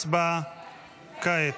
הצבעה כעת.